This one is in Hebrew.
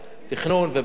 תכנון ובנייה,